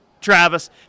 Travis